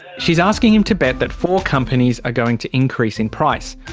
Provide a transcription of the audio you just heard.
she's asking him to bet that four companies are going to increase in price.